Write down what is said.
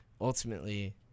ultimately